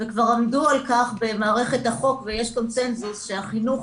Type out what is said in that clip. וכבר עמדו על כך במערכת החוק ויש קונצנזוס שהחינוך